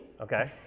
okay